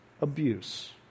abuse